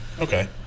Okay